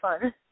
fun